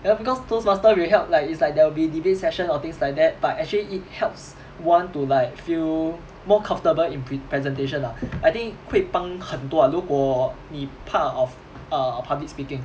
ya because toastmaster will help like it's like there'll be debate session or things like that but actually it helps one to like feel more comfortable in pre~ presentation lah I think 会帮很多 ah 如果你怕 of err public speaking